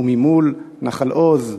וממול נחל-עוז,